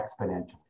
exponentially